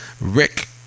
Rick